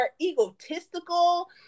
egotistical